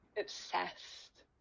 obsessed